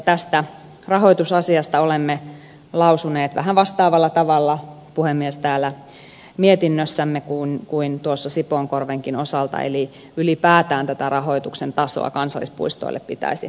tästä rahoitusasiasta olemme lausuneet vähän vastaavalla tavalla puhemies täällä mietinnössämme kuin tuossa sipoonkorvenkin osalta eli ylipäätään tätä rahoituksen tasoa kansallispuistoille pitäisi mielestämme korottaa